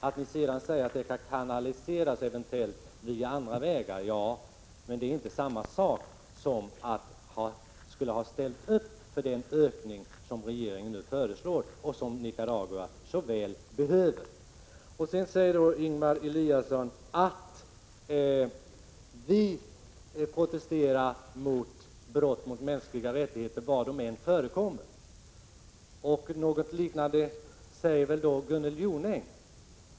Sedan säger ni att man eventuellt kan kanalisera biståndet via andra vägar, men det är inte samma sak som att ställa upp för den ökning som regeringen nu föreslår och som Nicaragua så väl behöver. Ingemar Eliasson säger att hans parti protesterar mot brott mot mänskliga rättigheter var de än förekommer, och något liknande säger Gunnel Jonäng.